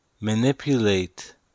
manipulate